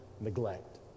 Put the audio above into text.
neglect